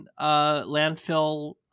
landfill